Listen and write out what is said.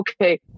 okay